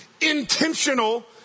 intentional